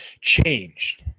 changed